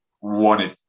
wanted